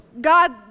God